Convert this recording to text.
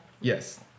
Yes